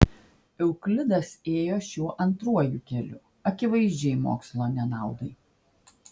euklidas ėjo šiuo antruoju keliu akivaizdžiai mokslo nenaudai